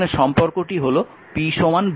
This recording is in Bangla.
এখানে সম্পর্কটি হল p VI